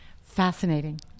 Fascinating